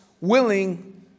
willing